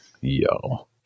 Yo